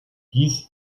hieß